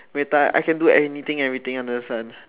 muay-thai I can do anything everything under the sun